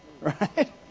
Right